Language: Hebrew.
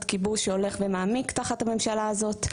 כיבוש שהולך ומעמיק תחת הממשלה הזאת,